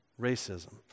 racism